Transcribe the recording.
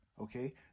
okay